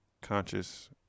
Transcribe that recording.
conscious